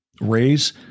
raise